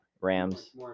Rams